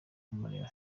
kureba